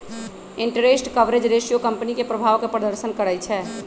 interest coverage ratio company के प्रभाव के प्रदर्शन करइ छै